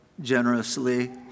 generously